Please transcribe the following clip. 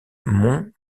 mon